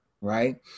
right